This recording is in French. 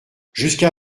jusqu’à